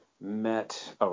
met